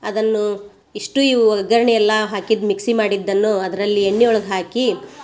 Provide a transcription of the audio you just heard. ಅದನ್ನು ಇಷ್ಟು ಇವ ಒಗ್ಗರಣೆ ಎಲ್ಲಾ ಹಾಕಿದ ಮಿಕ್ಸಿ ಮಾಡಿದ್ದನ್ನು ಅದರಲ್ಲಿ ಎಣ್ಣೆ ಒಳಗೆ ಹಾಕಿ